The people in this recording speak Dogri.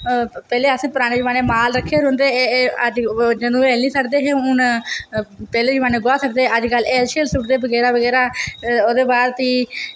पैह्लें असें पराने जमानै च माल रक्खे दे होंदे हे जदूं हैल निं सु'ट्टदे हे हून पैह्ले जमानै गोहा सु'ट्टदे अज्जकल हैल सुटट्टदे बगैरा बगैरा ओह्दे बाद प्ही